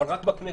אבל רק בכנסת.